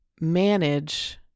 manage